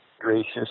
gracious